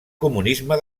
comunisme